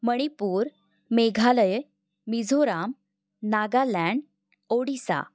Manipur Meghalaya Mizoram Nagaland Odisha